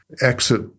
exit